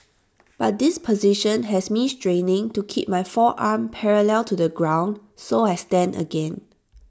but this position has me straining to keep my forearm parallel to the ground so I stand again